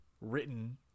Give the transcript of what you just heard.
written